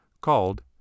called